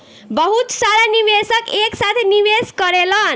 बहुत सारा निवेशक एक साथे निवेश करेलन